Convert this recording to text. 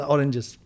Oranges